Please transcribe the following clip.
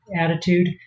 attitude